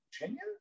Virginia